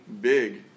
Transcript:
big